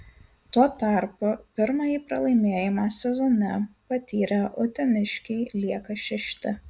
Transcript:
tuo tarpu pirmąjį pralaimėjimą sezone patyrę uteniškiai lieka šešti